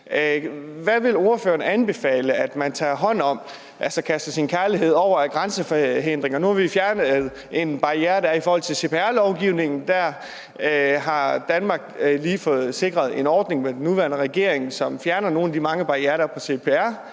Hvad vil ordføreren anbefale at man tager hånd om, altså kaster sin kærlighed over af grænsehindringer? Nu har vi fjernet en barriere, der var, i forhold til cpr-lovgivningen. Der har Danmark lige fået sikret en ordning med den nuværende regering, som fjerner nogle af de mange barrierer, der er på